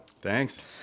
Thanks